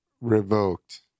revoked